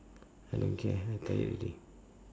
I don't care I tired already